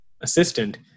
assistant